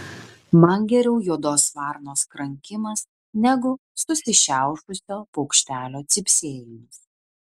man geriau juodos varnos krankimas negu susišiaušusio paukštelio cypsėjimas